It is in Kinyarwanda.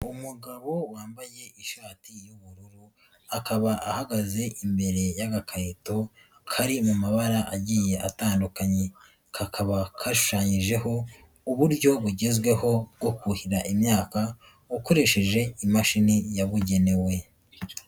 Umugabo wambaye ishati y'ubururu, akaba ahagaze imbere y'agakayoto kari mu mabara agiye atandukanye, kakaba kashanyijeho uburyo bugezweho bwo kuhira imyaka, ukoresheje imashini yabugenewe.